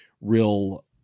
real